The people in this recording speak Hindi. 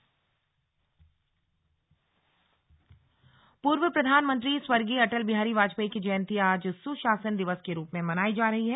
ुशासन दिवस प्रदेश पूर्व प्रधानमंत्री स्वर्गीय अटल बिहारी वाजपेयी की जयंती आज सुशासन दिवस के रूप में मनाई जा रही है